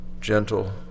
gentle